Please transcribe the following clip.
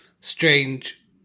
Strange